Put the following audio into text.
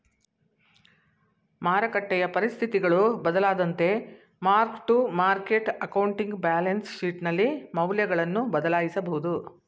ಮಾರಕಟ್ಟೆಯ ಪರಿಸ್ಥಿತಿಗಳು ಬದಲಾದಂತೆ mark to market accounting balance ಶೀಟ್ನಲ್ಲಿ ಮೌಲ್ಯಗಳನ್ನು ಬದಲಾಯಿಸಬಹುದು